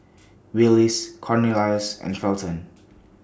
Willis Cornelius and Felton